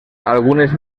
algunes